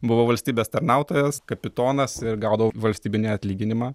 buvau valstybės tarnautojas kapitonas ir gaudavau valstybinį atlyginimą